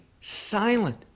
silent